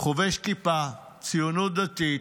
חובש כיפה, ציונות דתית.